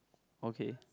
okay